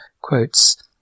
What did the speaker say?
quotes